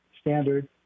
standard